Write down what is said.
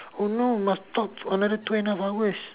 no must talk for another two and half hours